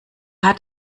hat